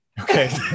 Okay